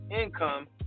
income